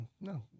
no